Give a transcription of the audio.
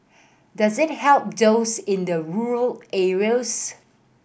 does it help those in the rural areas